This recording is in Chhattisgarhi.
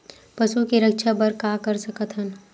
पशु के रक्षा बर का कर सकत हन?